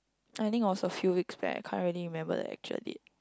I think also a few weeks back I can't really remember the actual date